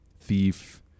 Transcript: Thief